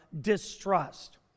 distrust